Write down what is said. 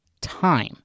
time